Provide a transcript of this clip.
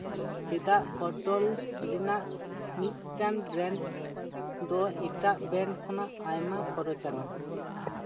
ᱪᱮᱫᱟᱜ ᱵᱳᱴᱳᱞᱥ ᱨᱮᱱᱟᱜ ᱢᱤᱫᱴᱟᱝ ᱵᱨᱮᱱᱰ ᱫᱚ ᱮᱴᱟᱜ ᱵᱨᱮᱱᱰ ᱠᱷᱚᱱ ᱦᱚᱸ ᱟᱭᱢᱟ ᱠᱷᱚᱨᱚᱪᱟᱱᱟ